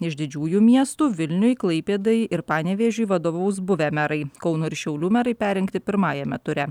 iš didžiųjų miestų vilniui klaipėdai ir panevėžiui vadovaus buvę merai kauno ir šiaulių merai perrinkti pirmajame ture